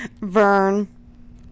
Vern